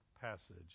passage